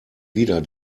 wieder